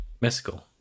Mescal